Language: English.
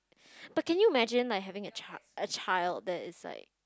but can you imagine like having a child~ a child that is like